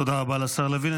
תודה רבה לשר לוין.